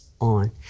on